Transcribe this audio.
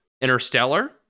Interstellar